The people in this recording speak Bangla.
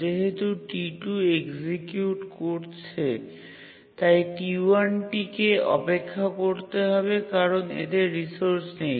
যেহেতু T2 এক্সিকিউট করছে তাই T1 টিকে অপেক্ষা করতে হবে কারণ এতে রিসোর্স নেই